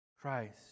Christ